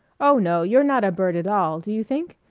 oh, no, you're not a bird at all, do you think?